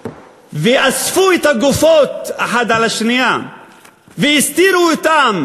ואספו את הגופות האחת על השנייה והסתירו אותן